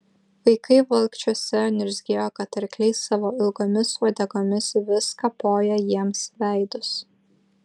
vaikai valkčiuose niurzgėjo kad arkliai savo ilgomis uodegomis vis kapoja jiems veidus